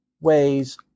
ways